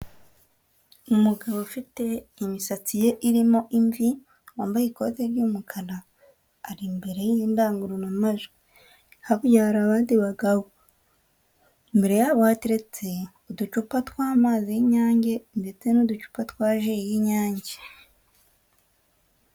Umugabo ufite imisatsi ye irimo imvi wambaye ikote ry'umukara ari imbere y'indangururamajwi, hakurya hari abandi bagabo, imbere yabo hateretse uducupa tw'amazi y'Inyange ndetse n'uducupa twa ji y'Inyange.